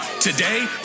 Today